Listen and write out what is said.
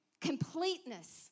completeness